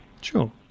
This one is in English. Sure